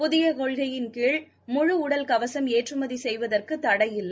புதியகொள்கையின் கீழ் முழு உடல் கவசம் ஏற்றுமதிசெய்வதற்குதடையில்லை